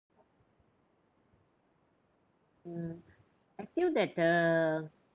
ya I feel that the